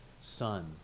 Son